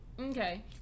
Okay